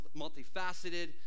multifaceted